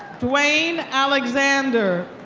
duane alexander.